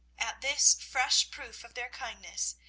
at this fresh proof of their kindness,